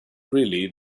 really